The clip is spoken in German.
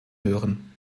hören